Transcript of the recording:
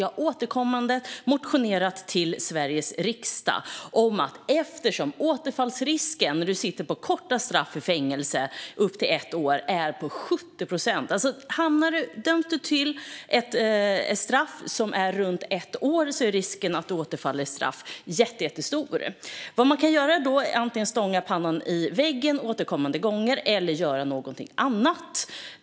Jag har återkommande motionerat i Sveriges riksdag eftersom återfallsrisken för den som har ett fängelsestraff på upp till ett år är 70 procent. Döms man till ett straff på runt ett år är risken att återfalla i brott alltså jättestor. Då kan vi antingen stånga pannan mot väggen om och om igen eller göra något annat.